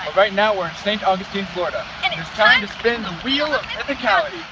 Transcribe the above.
right now we're in st. augustine, florida. and it's time to spin the wheel of mythicality.